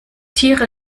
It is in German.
tiere